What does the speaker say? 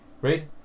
Right